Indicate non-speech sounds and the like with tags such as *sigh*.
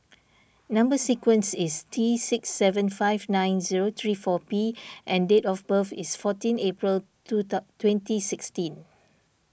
Number Sequence is T six seven five nine zero three four P and date of birth is fourteen April two *hesitation* twenty sixteen